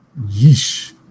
yeesh